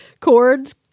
chords